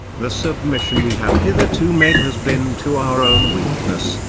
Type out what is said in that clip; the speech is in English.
the submission we have hitherto made has been to our own weakness,